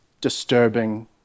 disturbing